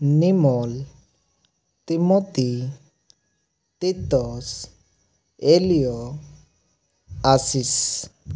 ନିମଲ ତିମତି ତିତସ ଏଲିଓ ଆଶିଷ